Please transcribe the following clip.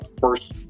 first